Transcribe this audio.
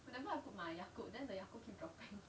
whatever I put my yakult then 真的要 cooking dropping